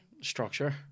Structure